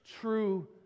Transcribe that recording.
true